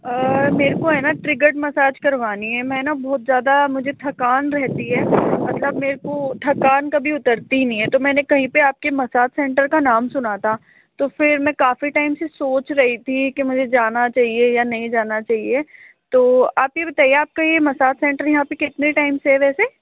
मेरे को है न ट्रिगर्ड मसाज करवानी है मैं न बहुत ज़्यादा मुझे थकान रहती है मतलब मेरे को थकान कभी उतरती नहीं है तो मैंने कही पर आपके मसाज सेंटर का नाम सुना था तो फिर मै काफी टाइम से सोच रही थी की मुझे जाना चाहिए या नहीं जाना चाहिए तो आप यह बताइये आपका यह मसाज सेंटर यहाँ पर कितने टाइम से है वैसे